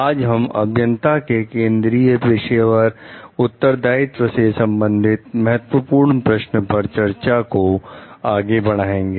आज हम अभियंता के केंद्रीय पेशेवर उत्तरदायित्व से संबंधित महत्वपूर्ण प्रश्न पर चर्चा को आगे बढ़ाएंगे